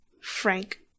Frank